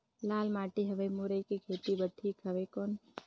लाल माटी हवे मुरई के खेती बार ठीक हवे कौन?